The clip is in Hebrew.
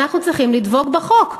אנחנו צריכים לדבוק בחוק.